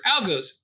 Algos